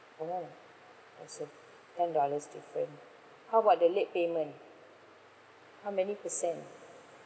oh that's a ten dollars different how about the late payment how many percent